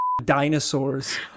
dinosaurs